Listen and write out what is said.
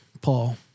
Paul